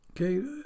okay